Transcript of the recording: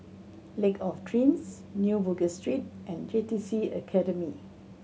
Lake of Dreams New Bugis Street and J T C Academy